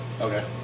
Okay